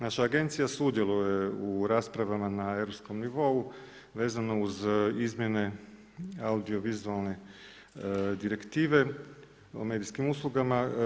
Naša agencija sudjeluje u raspravama na europskom nivou vezano uz izmjene Audiovizualne direktive o medijskim uslugama.